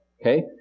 Okay